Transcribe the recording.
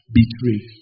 Betrayed